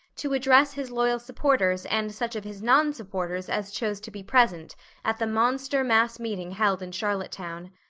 to address his loyal supporters and such of his nonsupporters as chose to be present at the monster mass meeting held in charlottetown.